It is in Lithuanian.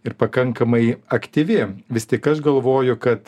ir pakankamai aktyvi vis tik aš galvoju kad